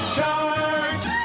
Charge